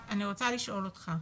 אני רוצה לשאול אותך.